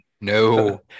No